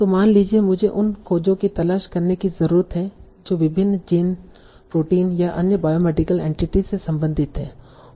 तो मान लीजिए मुझे उन खोजों की तलाश करने की जरूरत है जो विभिन्न जीन प्रोटीन या अन्य बायोमेडिकल एंटिटीस से संबंधित हैं